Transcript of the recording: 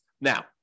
Now